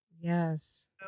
Yes